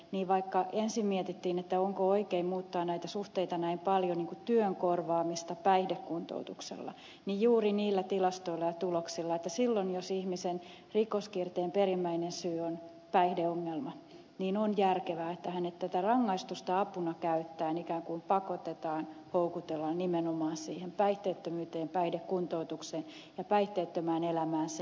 pulliaiselle vaikka ensin mietittiin onko oikein muuttaa näitä suhteita näin paljon työn korvaamista päihdekuntoutuksella niin juuri niillä tilastoilla ja tuloksilla silloin jos ihmisen rikoskierteen perimmäinen syy on päihdeongelma on järkevää että tätä rangaistusta apuna käyttäen ikään kuin hänet pakotetaan houkutellaan nimenomaan siihen päihteettömyyteen päihdekuntoutukseen ja päihteettömään elämään sen jälkeen